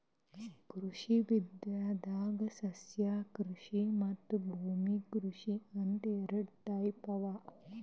ಕೃಷಿ ವಿದ್ಯೆದಾಗ್ ಸಸ್ಯಕೃಷಿ ಮತ್ತ್ ಭೂಮಿ ಕೃಷಿ ಅಂತ್ ಎರಡ ಟೈಪ್ ಅವಾ